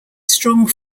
strong